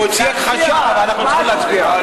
הוא הוציא הכחשה ואנחנו צריכים להצביע.